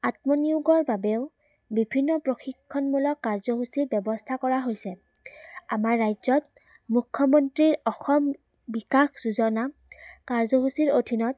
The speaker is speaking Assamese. আত্মনিয়োগৰ বাবেও বিভিন্ন প্ৰশিক্ষণমূলক কাৰ্যসূচীৰ ব্যৱস্থা কৰা হৈছে আমাৰ ৰাজ্যত মুখ্যমন্ত্ৰীৰ অসম বিকাশ যোজনা কাৰ্যসূচীৰ অধীনত